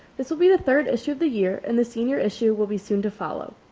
this will be the third issue of the year and the senior issue will be soon to follow.